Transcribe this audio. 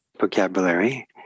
vocabulary